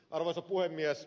arvoisa puhemies